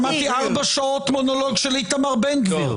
שמעתי ארבע שעות מונולוג של איתמר בן גביר.